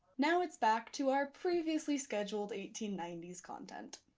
now it's back to our previously scheduled eighteen ninety s content.